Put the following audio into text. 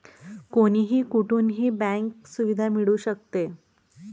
कोणीही कुठूनही बँक सुविधा मिळू शकते